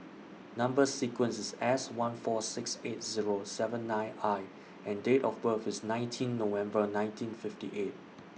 Number sequence IS S one four six eight Zero seven nine I and Date of birth IS nineteen November nineteen fifty eight